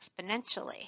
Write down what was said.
exponentially